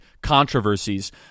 controversies